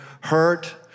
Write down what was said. hurt